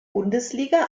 bundesliga